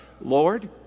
Lord